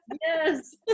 yes